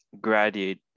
graduate